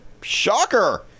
Shocker